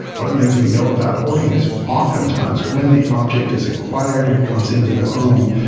one of the things we know about hoarding is often times when the object is acquired and comes into the home,